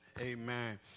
Amen